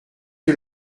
que